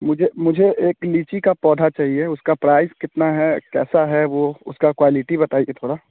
मुझे मुझे एक लीची का पौधा चाहिए उसका प्राइस कितना है कैसा है वो उसकी क्वालिटी बताइए थोड़ा